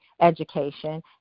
education